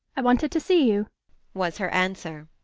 i wanted to see you was her answer.